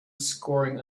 scoring